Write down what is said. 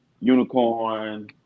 Unicorn